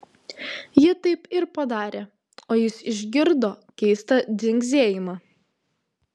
ji taip ir padarė o jis išgirdo keistą dzingsėjimą